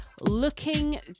looking